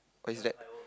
what is that